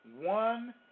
one